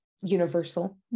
universal